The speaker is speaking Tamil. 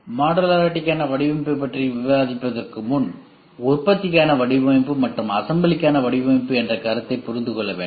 மாடுலாரிடிகான வடிவமைப்பைப் பற்றி விவாதிப்பதற்கு முன் உற்பத்திக்கான வடிவமைப்பு மற்றும் அசம்பிளிக்கான வடிவமைப்பு என்ற கருத்தை புரிந்து கொள்ள வேண்டும்